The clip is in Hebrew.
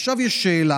ועכשיו יש שאלה,